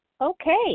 Okay